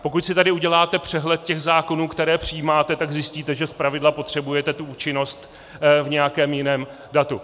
Pokud si tady uděláte přehled zákonů, které přijímáte, tak zjistíte, že zpravidla potřebujete účinnost v nějakém jiném datu.